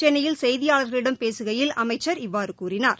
சென்னையில் செய்தியாளர்களிடம் பேசுகையில் அவர் இவ்வாறு கூறினார்